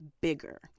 bigger